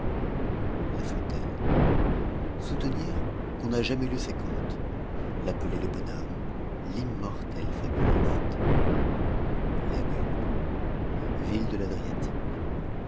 la fontaine soutenir qu'on n'a jamais lu ses contes l'appeler le bonhomme l'immortel fabuliste lagune ville de l'adriatique